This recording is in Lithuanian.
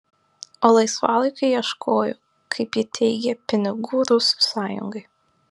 o laisvalaikiu ieškojo kaip ji teigė pinigų rusų sąjungai